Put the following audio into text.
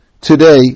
today